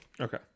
okay